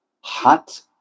hot